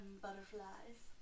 butterflies